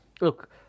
look